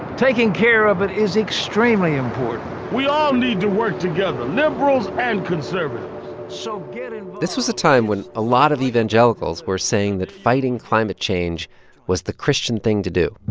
taking care of it is extremely important we all need to work together, liberals and conservatives so get involved and this was a time when a lot of evangelicals were saying that fighting climate change was the christian thing to do.